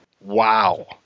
Wow